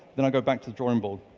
then i go back to the drawing board.